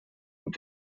und